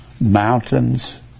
mountains